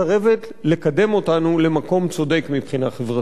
מסרבת לקדם אותנו למקום צודק מבחינה חברתית.